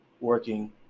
working